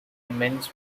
immense